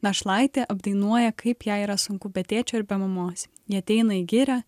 našlaitė apdainuoja kaip jai yra sunku be tėčio ir be mamos ji ateina į girią